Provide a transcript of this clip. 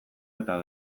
eta